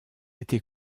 été